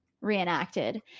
reenacted